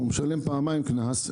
הוא משלם פעמיים קנס,